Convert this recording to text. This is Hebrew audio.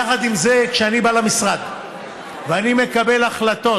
יחד עם זה, כשאני בא למשרד ואני מקבל החלטות